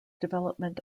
development